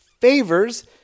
favors